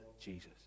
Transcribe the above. Jesus